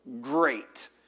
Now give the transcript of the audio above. great